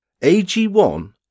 AG1